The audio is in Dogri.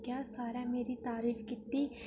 सारें मेरी तरीफ कीती